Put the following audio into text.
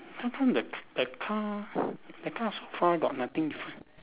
how come the c~ the car the car got nothing different